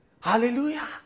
Hallelujah